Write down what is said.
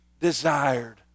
desired